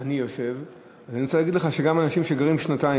אני יושב אני רוצה להגיד לך שגם אנשים שגרים שנתיים